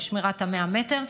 עם שמירת ה-100 מטר.